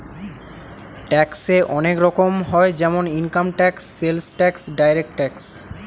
ট্যাক্সে অনেক রকম হয় যেমন income tax, sales tax, direct tax